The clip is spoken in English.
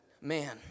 Man